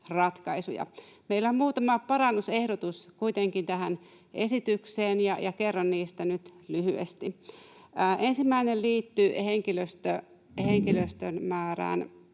asumisratkaisuja. Meillä on muutama parannusehdotus kuitenkin tähän esitykseen, ja kerron niistä nyt lyhyesti. Ensimmäinen liittyy henkilöstön määrään